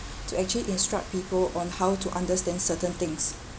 to actually instruct people on how to understand certain things